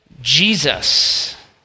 Jesus